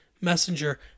Messenger